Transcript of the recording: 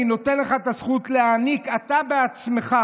אני נותן לך את הזכות להעניק, אתה בעצמך,